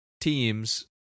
teams